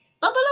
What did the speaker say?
Bubble